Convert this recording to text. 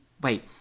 Wait